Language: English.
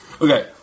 Okay